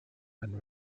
and